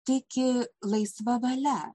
tiki laisva valia